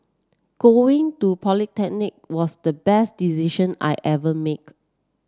going to polytechnic was the best decision I ever make